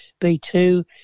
B2